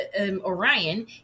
Orion